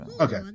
Okay